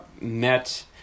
met